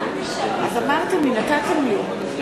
אנחנו נעבור להסתייגות בעמוד 122,